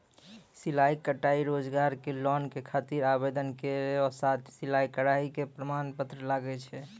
सिलाई कढ़ाई रोजगार के लोन के खातिर आवेदन केरो साथ सिलाई कढ़ाई के प्रमाण पत्र लागै छै?